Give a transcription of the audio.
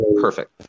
perfect